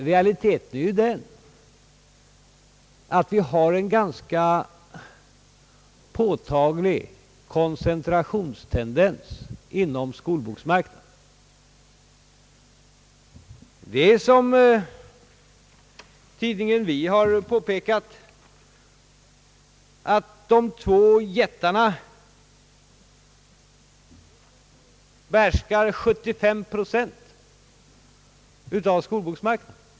Realiteten är ju den att det finns en ganska påtaglig tendens till koncentration inom skolboksmarknaden. Som tidningen Vi har påpekat, finns det två jättar på området som behärskar 75 procent av skolboksmarknaden.